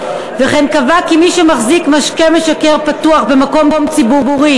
וכן קבעה כי מי שמחזיק משקה משכר פתוח במקום ציבורי